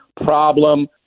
problem